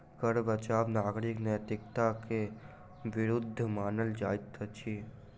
कर बचाव नागरिक नैतिकता के विरुद्ध मानल जाइत अछि